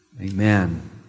Amen